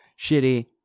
shitty